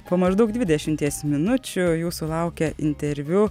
po maždaug dvidešimies minučių jūsų laukia interviu